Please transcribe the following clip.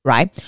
Right